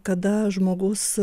kada žmogus